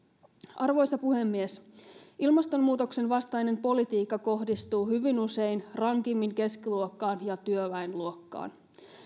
arvoisa puhemies ilmastonmuutoksen vastainen politiikka kohdistuu hyvin usein rankimmin keskiluokkaan ja työväenluokkaan